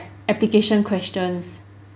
application questions